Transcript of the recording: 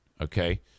okay